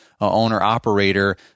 owner-operator